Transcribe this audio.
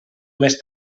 més